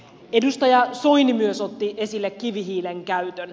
edustaja soini myös otti esille kivihiilen käytön